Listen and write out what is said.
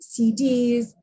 CDs